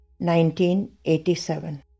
1987